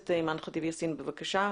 חה"כ אימאן ח'טיב יאסין בבקשה.